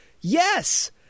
Yes